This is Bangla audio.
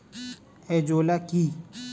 এজোলা কি?